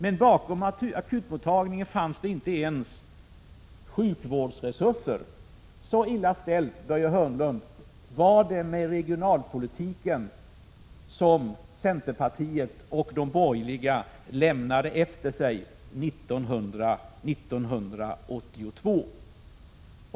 Men bakom akutmottagningen fanns det inte ens sjukvårdsresurser. Så illa ställt, Börje Hörnlund, var det med den regionalpolitik som centerpartiet och de borgerliga lämnade efter sig 1982.